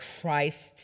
Christ